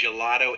Gelato